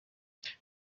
dude